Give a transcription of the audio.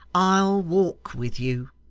i'll walk with you